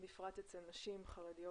בפרט אצל נשים חרדיות